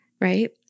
Right